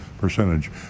percentage